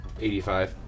85